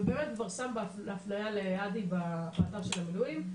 ובאמת כבר שם הפנייה לאדי באתר של המילואים.